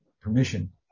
permission